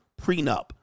prenup